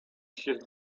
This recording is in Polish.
jest